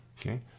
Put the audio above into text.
Okay